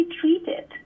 treated